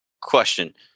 Question